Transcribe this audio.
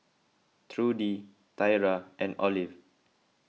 Trudy Tyra and Olive